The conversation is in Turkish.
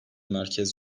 merkez